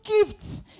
gifts